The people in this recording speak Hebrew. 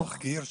היה תחקיר?